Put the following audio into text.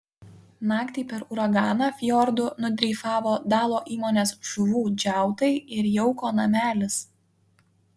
naktį per uraganą fjordu nudreifavo dalo įmonės žuvų džiautai ir jauko namelis